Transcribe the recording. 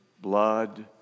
Blood